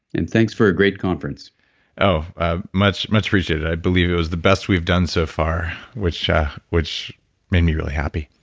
and thanks for a great conference ah much much appreciated, i believe it was the best we've done so far, which ah which made me really happy.